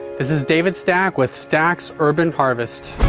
this is david stack with stacks urban harvest.